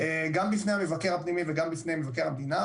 גם בפני המבקר הפנימי וגם בפני מבקר המדינה,